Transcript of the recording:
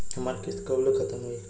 हमार किस्त कब ले खतम होई?